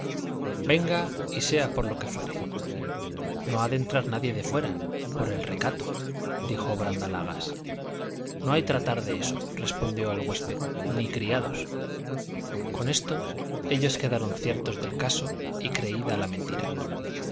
venga y sea por lo que fuere no ha de entrar nadie de fuera por el recato dijo brandalagas no hay tratar de eso respondió el huésped ni criados con esto ellos quedaron ciertos del caso y creída la mentira